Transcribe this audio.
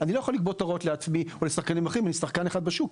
אני לא יכול לקבוע את ההוראות לעצמי או לשחקנים אחרים עם שחקן אחד בשוק.